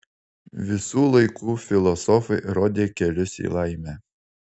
visų laikų filosofai rodė kelius į laimę